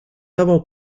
avant